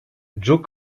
joe